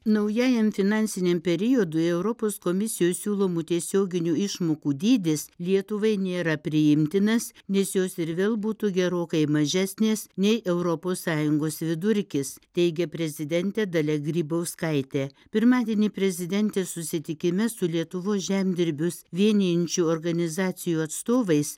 naujajam finansiniam periodui europos komisijos siūlomų tiesioginių išmokų dydis lietuvai nėra priimtinas nes jos ir vėl būtų gerokai mažesnės nei europos sąjungos vidurkis teigia prezidentė dalia grybauskaitė pirmadienį prezidentės susitikime su lietuvos žemdirbius vienijančių organizacijų atstovais